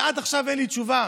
ועד עכשיו אין לי תשובה: